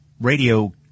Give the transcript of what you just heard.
radio